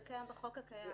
זה קיים בחוק הקיים.